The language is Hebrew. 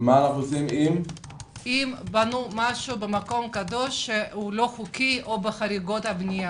אם בנו משהו במקום קדוש שהוא לא חוקי או עם חריגת בנייה.